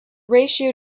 ratio